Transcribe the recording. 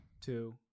Two